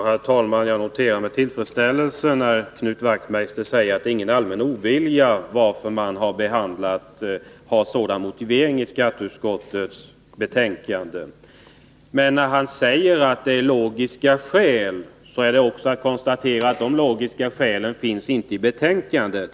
Herr talman! Jag noterar med tillfredsställelse att Knut Wachtmeister säger att det inte är någon allmän ovilja som gör att skatteutskottet saknar motivering i betänkandet. Men när Knut Wachtmeister säger att det är logiska skäl som ligger bakom, kan jag bara konstatera att de logiska skälen inte återfinns i betänkandet.